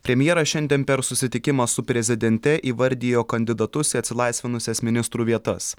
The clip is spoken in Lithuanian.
premjeras šiandien per susitikimą su prezidente įvardijo kandidatus į atsilaisvinusias ministrų vietas